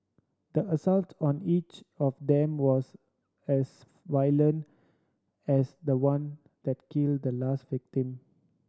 the assault on each of them was as violent as the one that killed the last victim